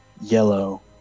yellow